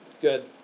Good